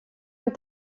amb